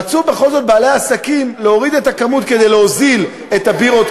רצו בכל זאת בעלי העסקים להוריד את הכמות כדי להוזיל את הבירות,